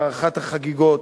הארכת החגיגות,